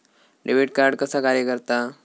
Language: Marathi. डेबिट कार्ड कसा कार्य करता?